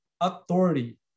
authority